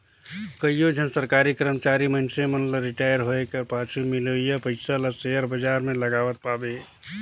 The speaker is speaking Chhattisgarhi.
कइयो झन सरकारी करमचारी मइनसे मन ल रिटायर होए कर पाछू मिलोइया पइसा ल सेयर बजार में लगावत पाबे